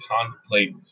contemplate